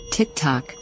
TikTok